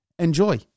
Enjoy